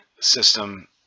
system